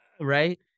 right